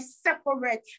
separate